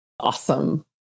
Awesome